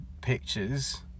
pictures